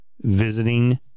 visiting